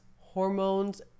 hormones